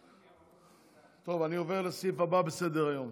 עובר לסעיף הבא בסדר-היום: